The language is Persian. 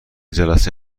جلسه